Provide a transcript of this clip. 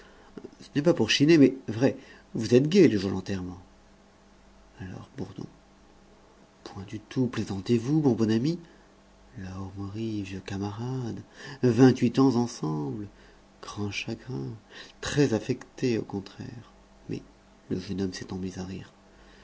ce n'est pas pour chiner mais vrai vous êtes gai les jours d'enterrement alors bourdon point du tout plaisantez vous mon bon ami la hourmerie vieux camarade vingt-huit ans ensemble grand chagrin très affecté au contraire mais le jeune homme s'étant mis à rire